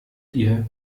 ihr